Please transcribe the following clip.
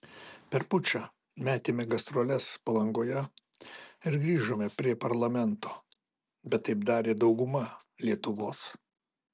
per pučą metėme gastroles palangoje ir grįžome prie parlamento bet taip darė dauguma lietuvos